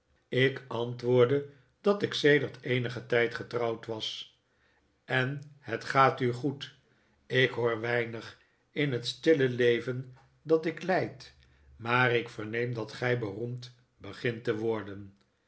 ik antwoordde dat ik sedert eenigen tijd getrouwd was en het gaat u goed ik hoor weinig in het stille leven dat ik leid maar ik verneem dat gij beroemd begint te worden